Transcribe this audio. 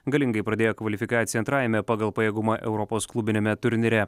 galingai pradėjo kvalifikaciją antrajame pagal pajėgumą europos klubiniame turnyre